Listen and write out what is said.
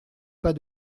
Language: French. pas